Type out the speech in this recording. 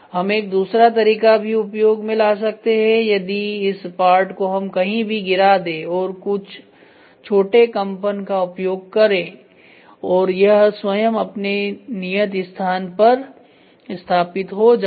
हम एक दूसरा तरीका भी उपयोग में ला सकते हैं यदि इस पार्ट को हम कहीं भी गिरा दे और कुछ छोटे कंपन का उपयोग कर और यह स्वयं अपने नियत स्थान पर स्थापित हो जाए